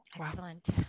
Excellent